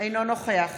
אינו נוכח